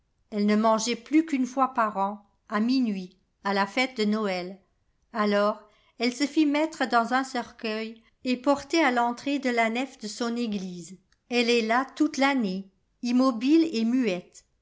elle ne mangeait plus qu'une fois par an à minuit à la fête de noël alors elle se fit mettre dans un cercueil et porter à l'entrée de la nef de son édise elle est là toute l'année im flubile et muette